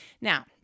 Now